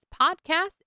Podcast